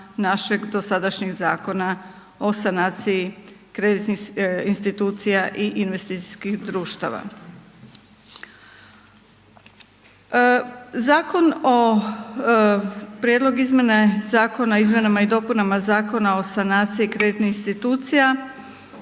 našeg dosadašnjeg Zakona o sanaciji kreditnih institucija i investicijskih društava. Prijedlog zakona o izmjenama i dopunama Zakona o sanaciji kreditnih institucija